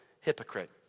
hypocrite